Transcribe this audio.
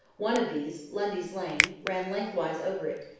one of these, lundy's lane, ran lengthwise over it,